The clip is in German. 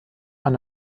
man